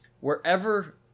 wherever